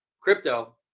crypto